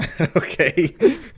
okay